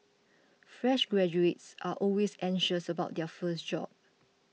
fresh graduates are always anxious about their first job